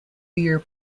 year